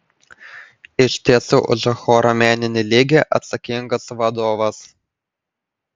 iš tiesų už choro meninį lygį atsakingas vadovas